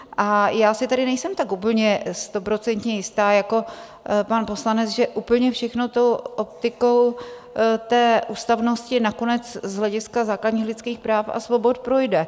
A já si tedy nejsem tak úplně stoprocentně jistá jako pan poslanec, že úplně všechno tou optikou ústavnosti nakonec z hlediska základních lidských práv a svobod projde.